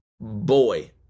boy